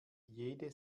jede